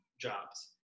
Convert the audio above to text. jobs